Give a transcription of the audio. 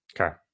Okay